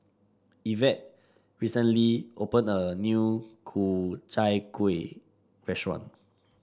Evette recently opened a new Ku Chai Kuih Restaurant